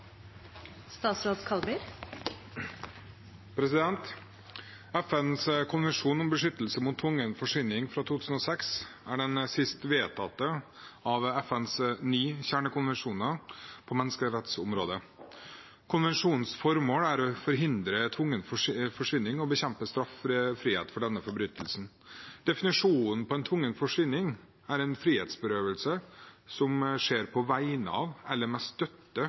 den sist vedtatte av FNs ni kjernekonvensjoner på menneskerettsområdet. Konvensjonens formål er å forhindre tvungen forsvinning og bekjempe straffrihet for denne forbrytelsen. Definisjonen på tvungen forsvinning er en frihetsberøvelse som skjer på vegne av eller med støtte